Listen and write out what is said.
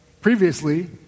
previously